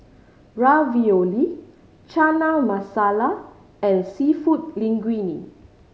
Ravioli Chana Masala and Seafood Linguine